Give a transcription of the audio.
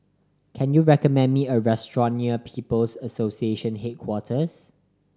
can you recommend me a restaurant near People's Association Headquarters